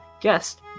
guest